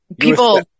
people